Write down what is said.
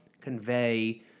convey